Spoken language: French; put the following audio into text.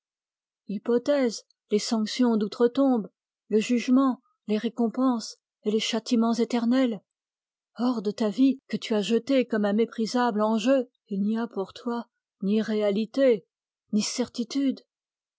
hypothèses les sanctions d'outre-tombe le jugement les récompenses et les châtiments éternels hors de ta vie que tu as jetée comme un méprisable enjeu il n'y a pour toi ni réalités ni certitudes